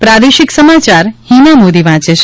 પ્રાદેશિક સમાચાર હિના મોદી વાંચે છે